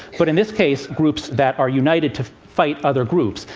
but in this case, groups that are united to fight other groups.